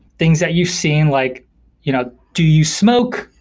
things that you've seen, like you know do you smoke?